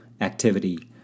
activity